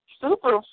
super